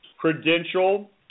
credential